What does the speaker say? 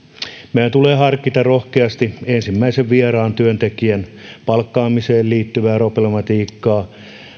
meidän tulee harkita rohkeasti ensimmäisen vieraan työntekijän palkkaamiseen liittyvää problematiikkaa